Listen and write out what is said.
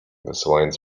wysyłając